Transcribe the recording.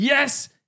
Yes